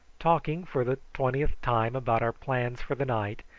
talking for the twentieth time about our plans for the night,